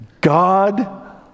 God